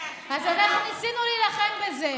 אז אנחנו ניסינו להילחם בזה.